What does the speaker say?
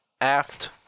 aft